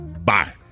Bye